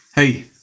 Hey